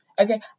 okay